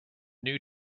new